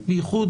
בייחוד